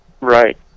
Right